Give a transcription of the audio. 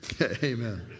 Amen